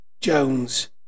Jones